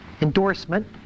endorsement